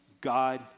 God